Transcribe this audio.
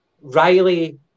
Riley